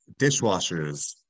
dishwashers